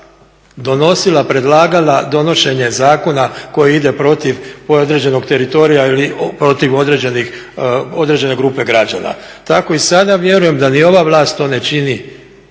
donosila, predlagala donošenje zakona koji ide protiv određenog teritorija ili protiv određene grupe građana. Tako i sada vjerujem da ni ova vlast to ne čini